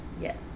Yes